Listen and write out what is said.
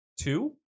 two